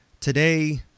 Today